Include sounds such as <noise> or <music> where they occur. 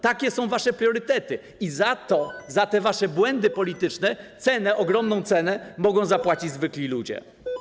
Takie są wasze priorytety i za to, <noise> za te wasze błędy polityczne ogromną cenę mogą zapłacić zwykli ludzie.